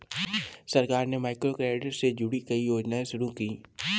सरकार ने माइक्रोक्रेडिट से जुड़ी कई योजनाएं शुरू की